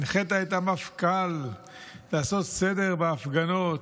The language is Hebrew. הנחית את המפכ"ל לעשות סדר בהפגנות,